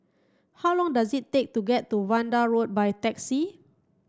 how long does it take to get to Vanda Road by taxi